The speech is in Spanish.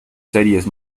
series